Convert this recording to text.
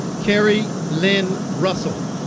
kerri lynn russell